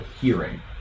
hearing